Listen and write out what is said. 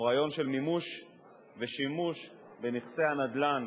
או רעיון של מימוש ושימוש בנכסי הנדל"ן